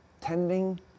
tending